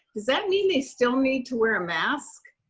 does that mean they still need to wear a mask?